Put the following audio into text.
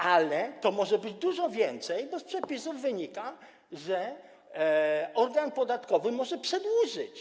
Ale to może być dużo więcej, bo z przepisów wynika, że organ podatkowy może to przedłużyć.